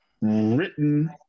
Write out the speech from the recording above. written